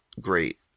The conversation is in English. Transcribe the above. great